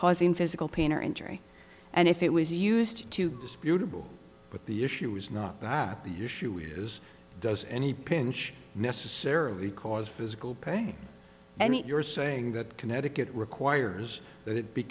causing physical pain or injury and if it was used to disputable but the issue is not that the issue is does any pinch necessarily cause physical pain and you're saying that connecticut requires that it be